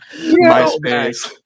MySpace